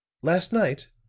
last night?